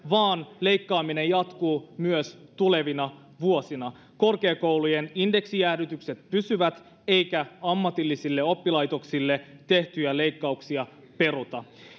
vaan leikkaaminen jatkuu myös tulevina vuosina korkeakoulujen indeksijäädytykset pysyvät eikä ammatillisille oppilaitoksille tehtyjä leikkauksia peruta